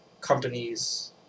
companies